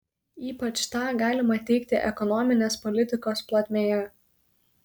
ypač tą galima teigti ekonominės politikos plotmėje